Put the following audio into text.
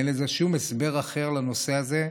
אין שום הסבר אחר לנושא הזה.